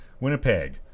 Winnipeg